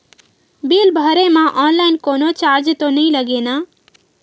Bill भरे मा online कोनो चार्ज तो नई लागे ना?